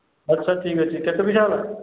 ଆଚ୍ଛା ଠିକ୍ ଅଛି କେତେ ପଇସା ହେଲା